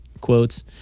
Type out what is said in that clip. quotes